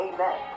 Amen